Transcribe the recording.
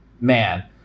man